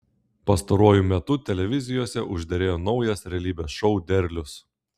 pastaruoju metu televizijose užderėjo naujas realybės šou derlius